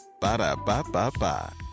Ba-da-ba-ba-ba